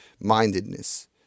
mindedness